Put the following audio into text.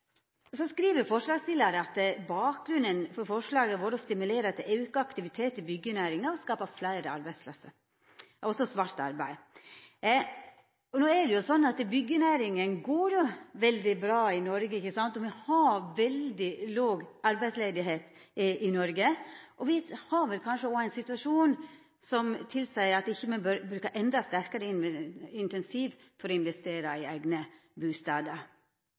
Så skriv forslagsstillarane at bakgrunnen for forslaget «har vært å stimulere til økt aktivitet i byggenæringen og skape flere arbeidsplasser». No er det sånn at byggjenæringa går veldig bra i Noreg, og me har veldig låg arbeidsløyse i Noreg. Me er vel òg i ein situasjon som tilseier at me ikkje bør bruka endå sterkare incentiv når det gjeld å investera i eigne bustader.